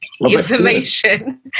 information